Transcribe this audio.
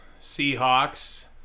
Seahawks